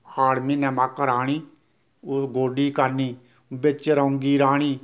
हाड़ म्हीनै मक्क राह्नी ओ गोड्डी करनी बिच रौंगी राह्नी